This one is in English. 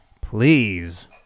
please